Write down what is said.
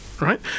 Right